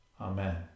Amen